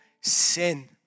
sin